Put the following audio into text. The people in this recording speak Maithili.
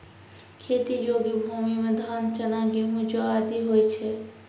खेती योग्य भूमि म धान, चना, गेंहू, जौ आदि होय छै